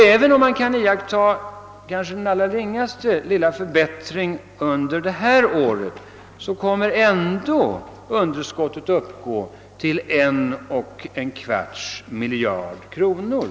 även om man kan iaktta en liten förbättring under detta år kommer underskottet i alla fall enligt finansplanen att uppgå till en och en kvarts miljard kronor.